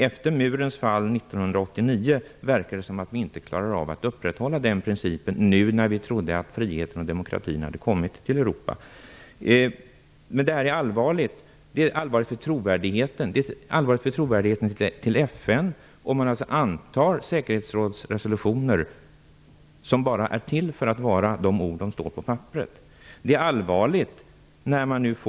Efter murens fall 1989 verkar det som att vi inte klarar av att upprätthålla denna princip, nu när vi trodde att friheten och demokratin hade kommit till Men detta är allvarligt. Att anta säkerhetsrådsresolutioner som bara är till för att vara de ord som står på papperet är allvarligt för trovärdigheten till FN.